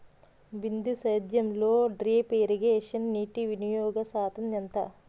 బిందు సేద్యంలో drip irrigation నీటివినియోగ శాతం ఎంత?